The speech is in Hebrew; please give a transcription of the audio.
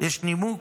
יש נימוק?